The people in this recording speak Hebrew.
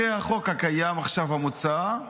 זה החוק הקיים עכשיו, המוצע,